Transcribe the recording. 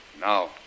Now